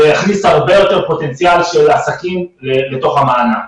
שהכניס הרבה יותר פוטנציאל של עסקים לתוך המענק.